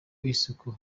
isuku